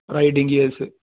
riding gears